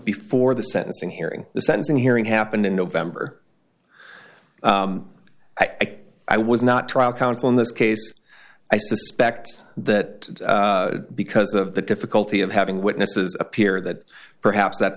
before the sentencing hearing the sentencing hearing happened in november i say i was not trial counsel in this case i suspect that because of the difficulty of having witnesses appear that perhaps that